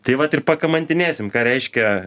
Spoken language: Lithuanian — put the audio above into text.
taip vat ir pakamantinėsim ką reiškia